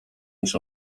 niż